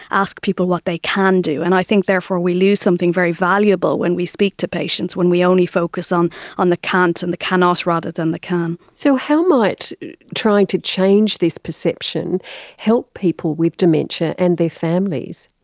ask people what they can do. and i think therefore we lose something very valuable when we speak to patients when we only focus on on the can't and the cannot rather than the can. so how might trying to change this perception help people with dementia and their families?